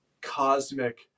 cosmic